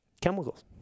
Chemicals